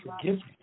forgiveness